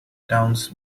towns